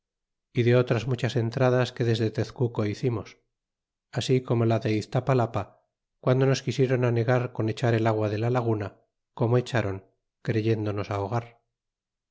y de otras muchas entradas que desde tezcuco hizimos así como la de iztapalapa guando nos quisieron anegar con echar el agua de la laguna como echa ron creyendo nos ahogar